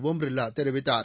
ஒம் பிர்லா தெரிவித்தார்